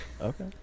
Okay